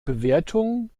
bewertung